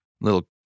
little